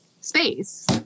space